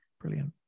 Brilliant